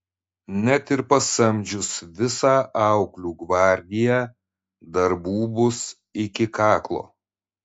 net ir pasamdžius visą auklių gvardiją darbų bus iki kaklo